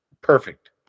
Perfect